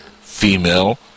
female